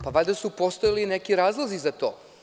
Pa, valjda su postojali neki razlozi za to.